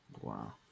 Wow